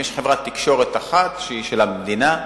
יש חברת תקשורת אחת שהיא של המדינה,